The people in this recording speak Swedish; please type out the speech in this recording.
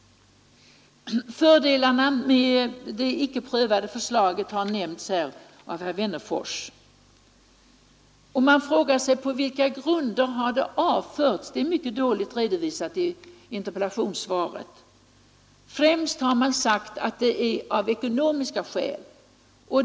Fördelarna med det icke prövade förslaget har nämnts här av herr Wennerfors. Man frågar sig på vilka grunder det har avförts. Det är mycket dåligt redovisat i interpellationssvaret. Främst har man sagt att det avvisas av ekonomiska skäl.